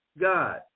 God